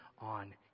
on